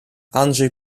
andrzej